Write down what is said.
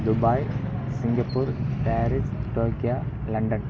Dubai Singapore Paris Tokyo London